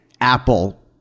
Apple